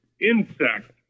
insect